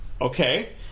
okay